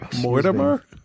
Mortimer